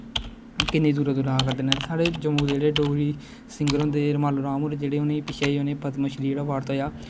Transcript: किन्ने दूरा दूरा आवारदे ने ते साडे जम्मू दे जेहडे़ डोगरी सिंगर होंदे जेहडे़ रुमालू राम होर जेहडे़ पिच्छे जेही उनेंगी पदमश्री जेहड़ा आबर्ड थ्होआ